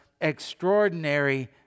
extraordinary